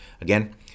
again